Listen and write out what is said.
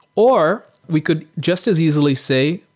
or we could just as easily say,